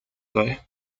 sei